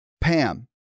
Pam